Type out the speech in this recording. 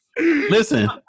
Listen